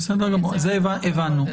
זה הבנו.